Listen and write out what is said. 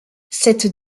cette